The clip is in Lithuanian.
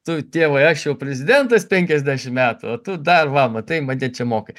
tu tėvai aš jau prezidentas penkiasdešim metų tu dar va matai mane čia moka